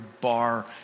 bar